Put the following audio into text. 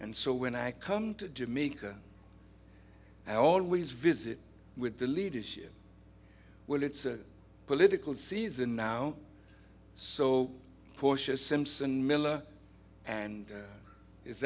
and so when i come to jamaica i always visit with the leadership well it's a political season now so cautious simpson